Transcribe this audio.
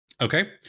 Okay